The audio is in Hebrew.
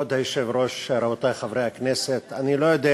כבוד היושב-ראש, רבותי חברי הכנסת, אני לא יודע